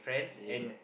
ya